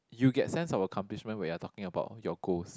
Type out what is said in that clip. you get sense of accomplishment when you are talking about your goals